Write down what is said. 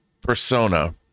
persona